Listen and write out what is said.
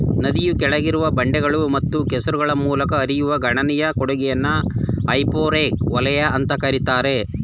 ನದಿಯ ಕೆಳಗಿರುವ ಬಂಡೆಗಳು ಮತ್ತು ಕೆಸರುಗಳ ಮೂಲಕ ಹರಿಯುವ ಗಣನೀಯ ಕೊಡುಗೆಯನ್ನ ಹೈಪೋರೆಕ್ ವಲಯ ಅಂತ ಕರೀತಾರೆ